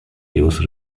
ellos